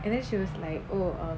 and then she was like oh err